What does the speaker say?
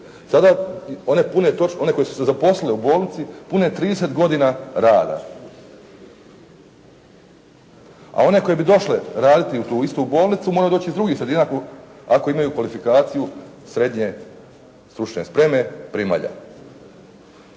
Sada one koje su se zaposlile u bolnici pune 30 godina rada, a one koje bi došle raditi u tu istu bolnicu moraju doći iz drugih sredina ako imaju kvalifikaciju srednje stručne spreme primalja.